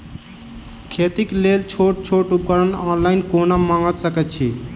खेतीक लेल छोट छोट उपकरण ऑनलाइन कोना मंगा सकैत छी?